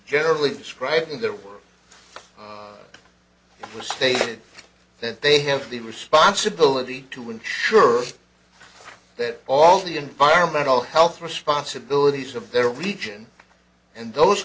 generally describing their work the stated that they have the responsibility to ensure that all the environmental health responsibilities of their region and those